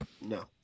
No